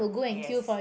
yes